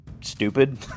stupid